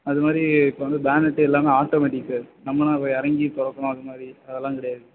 அது மாதிரி இப்போது வந்து பேனெட்டு எல்லாமே ஆட்டோமெட்டிக் சார் நம்மளாம் போய் இறங்கி திறக்கணும் அது மாதிரி அதெல்லாம் கிடையாது